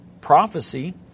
prophecy